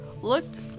looked